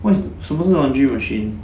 what's 什么是 laundry machine